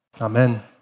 Amen